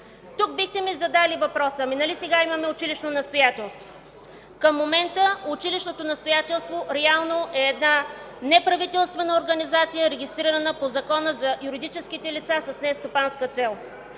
Тук бихте ми задали въпроса: „Нали сега имаме училищно настоятелство?” Към момента училищното настоятелство реално е една неправителствена организация, регистрирана по Закона за юридическите лица с нестопанска цел.